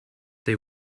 they